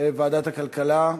ועדת הכלכלה.